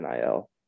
NIL